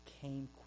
came